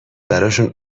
براشون